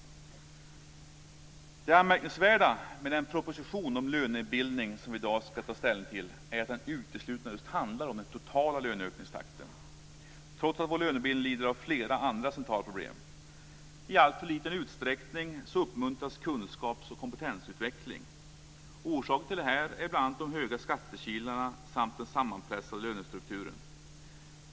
Det anmärkningsvärda med den proposition om lönebildning som vi i dag ska ta ställning till är att den uteslutande handlar om den totala löneökningstakten, trots att vår lönebildning lider av flera andra centrala problem. I alltför liten utsträckning uppmuntras kunskaps och kompetensutveckling. Orsaken till detta är bl.a. de höga skattekilarna samt den sammanpressade lönestrukturen.